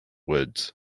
woods